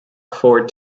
afford